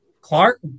clark